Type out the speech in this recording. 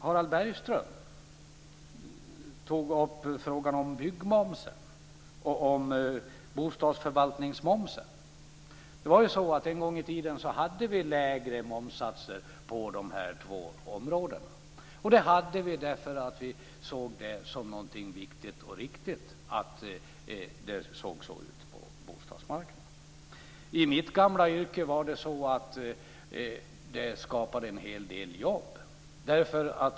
Harald Bergström tog upp frågan om byggmomsen och om bostadsförvaltningsmomsen. En gång i tiden hade vi lägre momssatser på de här två områdena. Det hade vi därför att vi såg det som någonting viktigt och riktigt att ha på bostadsmarknaden. I mitt gamla yrke skapade det en hel del jobb.